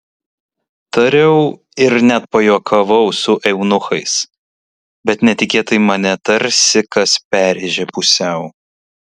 tariau ir net pajuokavau su eunuchais bet netikėtai mane tarsi kas perrėžė pusiau